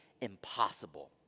impossible